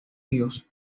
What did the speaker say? ríos